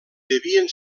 devien